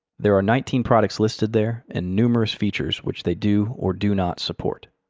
there are nineteen products listed there, and numerous features which they do or do not support.